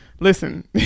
Listen